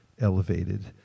elevated